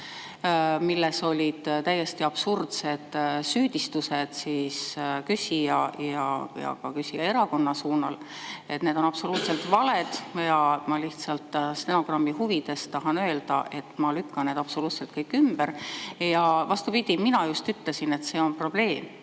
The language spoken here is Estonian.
milles olid täiesti absurdsed süüdistused küsija ja ka küsija erakonna suunal. Need on absoluutselt valed ja ma lihtsalt stenogrammi huvides tahan öelda, et ma lükkan need absoluutselt kõik ümber. Vastupidi, mina just ütlesin, et see on probleem